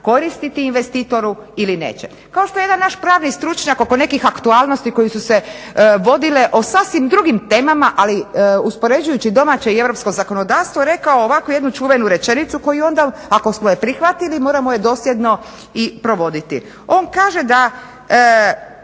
koristiti investitoru ili neće. Kao što je jedan naš pravni stručnjak oko nekih aktualnosti koje su se vodile o sasvim drugim temama, ali uspoređujući domaće i europsko zakonodavstvo rekao ovako jednu čuvenu rečenicu koju onda ako smo je prihvatili moramo je dosljedno i provoditi. On kaže da